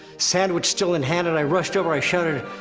sandwich still in hand, and i rushed over, i shouted,